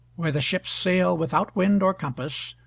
where the ships sail without wind or compass,